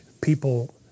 people